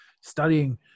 studying